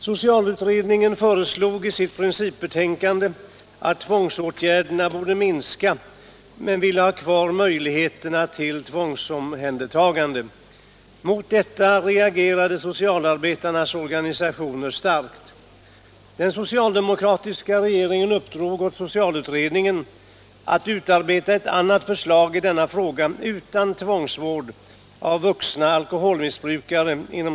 Socialutredningen föreslog i sitt principbetänkande att tvångsåtgärderna skulle inskränkas men ville ha kvar möjligheterna till tvångsomhändertagande. Mot detta reagerade socialarbetarnas organisationer starkt. Den socialdemokratiska regeringen uppdrog åt socialutredningen att inom sociallagstiftningen utarbeta ett annat förslag i denna fråga utan tvångsvård av vuxna alkoholmissbrukare.